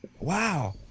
wow